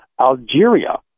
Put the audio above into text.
Algeria